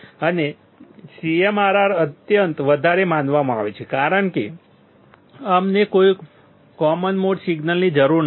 અને CMRR અત્યંત વધારે માનવામાં આવે છે કારણ કે અમને કોઈ કોમન મોડ સિગ્નલની જરૂર નથી